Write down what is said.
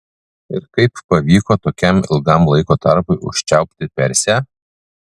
ir kaip pavyko tokiam ilgam laiko tarpui užčiaupti persę